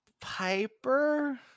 Piper